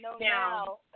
now